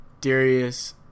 Darius